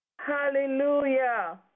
Hallelujah